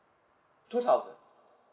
two thousand